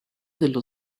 dello